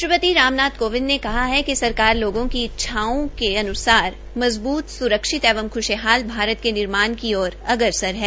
राष्ट्रपति रामनाथ कोविंद ने कहा है कि सरकार लोगों की इच्छाओं के अनुसार मजबूत सुरक्षित एवं खुशहाल भारत के निर्माण की ओर अग्रसर है